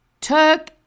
took